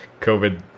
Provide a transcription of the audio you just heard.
COVID